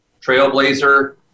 trailblazer